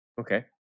Okay